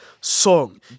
song